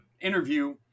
interview